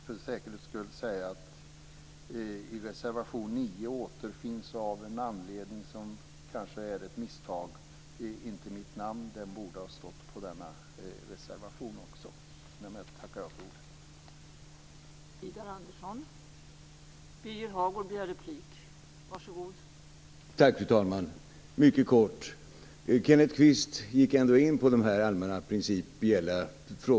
För säkerhets skull vill jag säga att under reservation 9 återfinns av en anledning som kanske är ett misstag inte mitt namn. Det borde ha stått under denna reservation också. Därmed tackar jag för ordet.